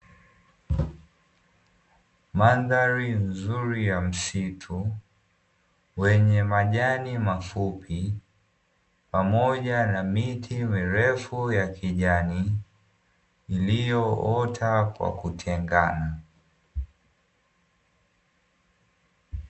Mandhari nzuri ya msitu wenye majani mafupi, pamoja na miti mirefu ya kijani iliyoota kwa kutengana.